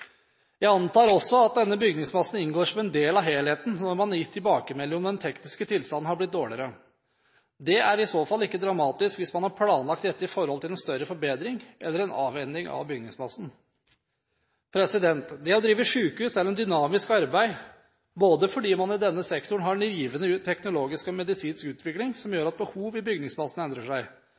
Jeg antar at denne bygningsmassen inngår som en del av helheten når man har gitt tilbakemelding om at den tekniske tilstanden har blitt dårligere. Det er i så fall ikke dramatisk – hvis man har planlagt dette i forhold til en større forbedring eller en avhending av bygningsmassen. Det å drive sykehus er dynamisk arbeid, fordi man i denne sektoren har en rivende teknologisk og medisinsk utvikling som gjør at behov i bygningsmassen endrer seg.